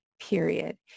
period